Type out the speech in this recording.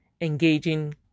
Engaging